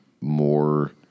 more